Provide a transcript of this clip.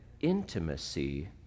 intimacy